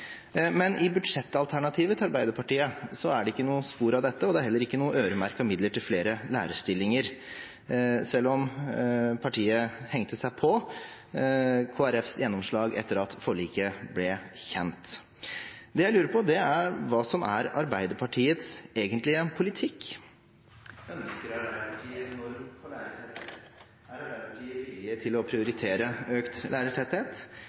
Men i budsjettalternativet til Arbeiderpartiet er det ikke noe spor av dette, og det er heller ikke noen øremerkede midler til flere lærerstillinger, selv om partiet hengte seg på Kristelig Folkepartis gjennomslag etter at forliket ble kjent. Det jeg lurer på, er hva som er Arbeiderpartiets egentlige politikk? Ønsker Arbeiderpartiet en norm for lærertetthet? Er Arbeiderpartiet villig til å prioritere økt lærertetthet?